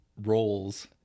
roles